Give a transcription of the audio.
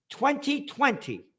2020